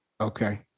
Okay